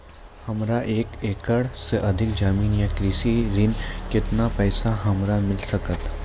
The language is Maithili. हमरा एक एकरऽ सऽ अधिक जमीन या कृषि ऋण केतना पैसा हमरा मिल सकत?